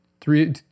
three